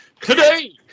Today